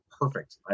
perfect